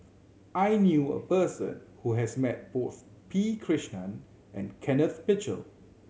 I knew a person who has met both P Krishnan and Kenneth Mitchell